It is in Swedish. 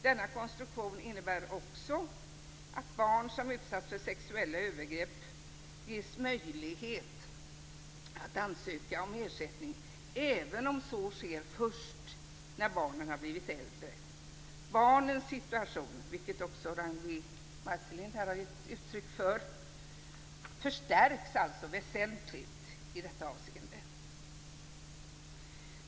Denna konstruktion innebär också att barn som utsatts för sexuella övergrepp ges möjlighet att ansöka om ersättning även om så sker först när barnen har blivit äldre. Barnens situation, som Ragnwi Marcelind här givit uttryck för, förstärks alltså väsentligt i detta avseende.